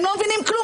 הם לא מבינים כלום,